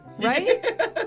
Right